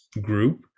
group